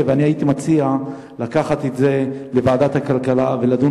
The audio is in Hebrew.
אני הייתי מציע להעביר את זה לוועדת הכלכלה ולדון